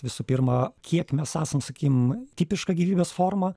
visų pirma kiek mes esam sakykim tipiška gyvybės forma